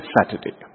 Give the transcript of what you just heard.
Saturday